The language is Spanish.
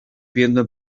viento